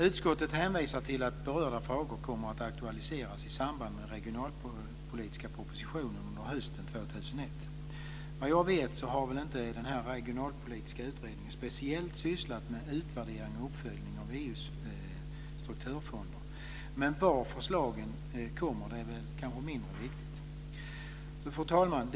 Utskottet hänvisar till att berörda frågor kommer att aktualiseras i samband med regionalpolitiska propositionen under hösten 2001. Vad jag vet har inte den regionalpolitiska utredningen speciellt sysslat med utvärdering och uppföljning av EU:s strukturfonder, men varifrån förslagen kommer är väl mindre viktigt. Fru talman!